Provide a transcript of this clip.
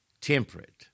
temperate